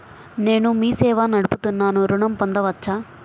నేను మీ సేవా నడుపుతున్నాను ఋణం పొందవచ్చా?